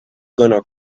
gonna